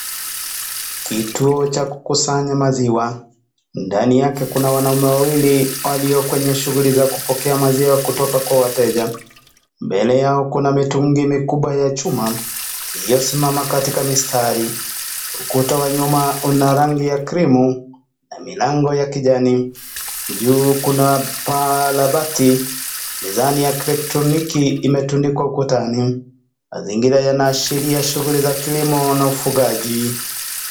Kituo cha kukusanya maziwa, ndani yake kuna wanaume wawili walio kwenye shughuli ya kupokea maziwa kutoka kwa wateja, mbele yao kuna mitungi mikukubwa ya chuma iliyosimama katika msitari. Ukuta wa nyuma una rangi ya cream na milango ya kijani, juu kuna paa la bati mizani ya kielectroniki kimetundikwa ukutani mazingira yanaashiria shughuli ya kilimo na ufugaji.